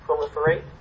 proliferate